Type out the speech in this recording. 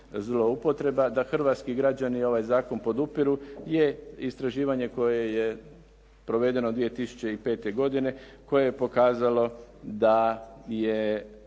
zloupotreba. Da hrvatski građani ovaj zakon podupiru je istraživanje koje je provedeno 2005. godine koje je pokazalo da je